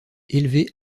élevé